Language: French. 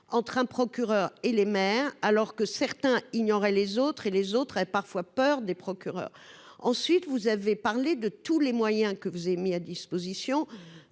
entre un procureur et les maires, alors que certains ignoraient les autres et les autres et parfois peur des procureurs, ensuite, vous avez parlé de tous les moyens que vous avez mis à disposition